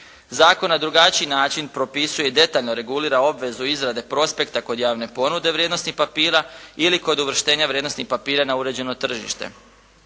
Zakon na drugačiji način propisuje i detaljno regulira obvezu izrade prospekta kod javne ponude vrijednosnih papira ili kod uvrštenja vrijednosnih papira na uređeno tržište.